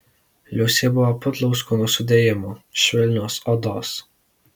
liusė buvo putlaus kūno sudėjimo švelnios odos